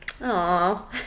Aw